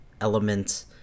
element